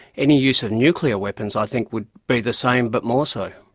any use of nuclear weapons i think would be the same but more so.